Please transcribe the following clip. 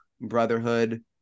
brotherhood